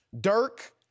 Dirk